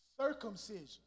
Circumcision